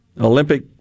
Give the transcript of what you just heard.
Olympic